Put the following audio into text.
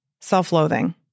self-loathing